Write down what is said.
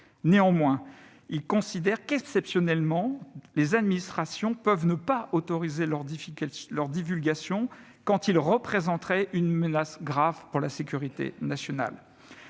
Néanmoins, il considère que, exceptionnellement, les administrations peuvent ne pas autoriser leur divulgation quand celle-ci représente « une menace grave pour la sécurité nationale